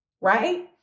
right